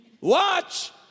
Watch